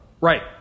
Right